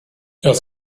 jag